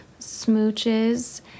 smooches